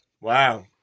Wow